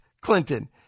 Clinton